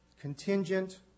contingent